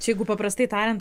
čia jeigu paprastai tariant